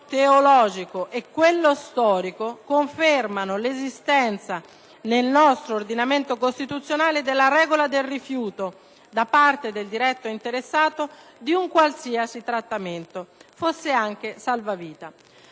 teleologico e quello storico - confermano l'esistenza nel nostro ordinamento costituzionale della regola del rifiuto, da parte del diretto interessato, di un qualsiasi trattamento, fosse anche salvavita.